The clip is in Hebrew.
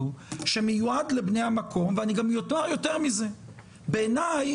ואני אומר לכם שהדיון כאן, אדוני,